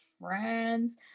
friends